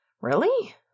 Really